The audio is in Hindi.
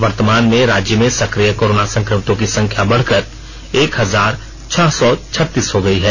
वर्तमान में राज्य में सक्रिय कोरोना संक्रमितों की संख्या बढ़कर एक हजार छह सौ छत्तीस हो गई है